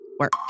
Work